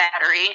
battery